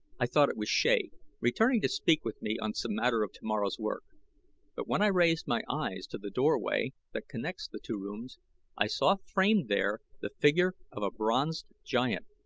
i thought it was shea returning to speak with me on some matter of tomorrow's work but when i raised my eyes to the doorway that connects the two rooms i saw framed there the figure of a bronzed giant,